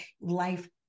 life